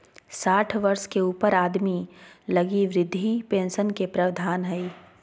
साठ वर्ष के ऊपर आदमी लगी वृद्ध पेंशन के प्रवधान हइ